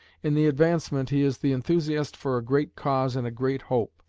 in the advancement he is the enthusiast for a great cause and a great hope,